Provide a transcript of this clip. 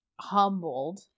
humbled